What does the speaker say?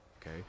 okay